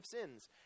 sins